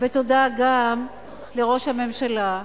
ותודה גם לראש הממשלה,